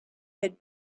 had